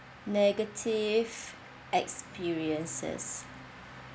negative experiences